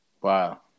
Wow